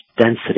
density